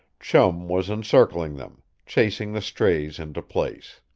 chum was encircling them chasing the strays into place.